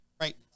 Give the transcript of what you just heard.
Right